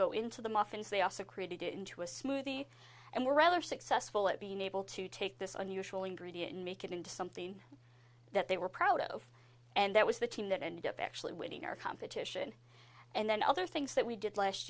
go into the muffins they also created it into a smoothie and were rather successful at being able to take this unusual ingredient and make it into something that they were proud of and that was the team that ended up actually winning our competition and then the other things that we did last